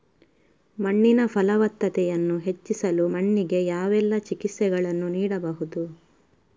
ಮಣ್ಣಿನ ಫಲವತ್ತತೆಯನ್ನು ಹೆಚ್ಚಿಸಲು ಮಣ್ಣಿಗೆ ಯಾವೆಲ್ಲಾ ಚಿಕಿತ್ಸೆಗಳನ್ನು ನೀಡಬಹುದು?